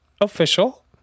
official